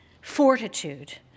fortitude